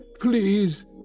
please